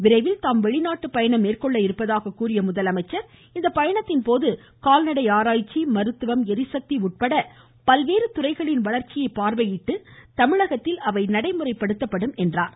விரைவில் தாம் வெளிநாட்டு பயணம் மேற்கொள்ள இருப்பதாக கூறிய முதலமைச்சர் இப்பயணத்தின்போது கால்நடை ஆராய்ச்சி மருத்துவம் ளிசக்தி உட்பட பல்வேறு துறை வளர்ச்சியை பார்வையிட்டு தமிழகத்தில் அவை நடைமுறைப்படுத்தப்படும் என்றார்